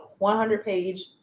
100-page